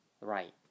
right